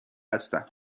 هستم